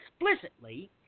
explicitly